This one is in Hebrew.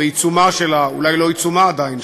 בעיצומה אולי לא עיצומה עדיין,